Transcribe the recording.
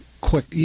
quick